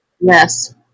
yes